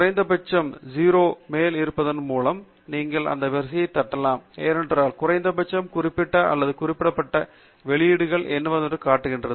குறைந்தபட்ச மேற்கோள்களை அதாவது ஜீரோ மேல் இருப்பதன் மூலம் நீங்கள் இந்த வரிசையைத் தட்டலாம் ஏனென்றால் குறைந்தபட்சம் குறிப்பிடப்பட்ட அல்லது புறக்கணிக்கப்பட்ட வெளியீடுகள் என்னவென்பதை இது காட்டுகிறது